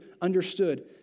understood